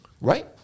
right